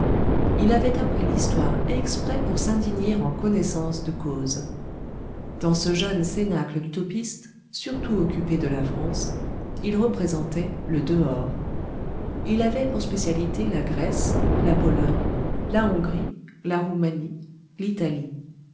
il avait appris l'histoire exprès pour s'indigner en connaissance de cause dans ce jeune cénacle d'utopistes surtout occupés de la france il représentait le dehors il avait pour spécialité la grèce la pologne la hongrie la roumanie l'italie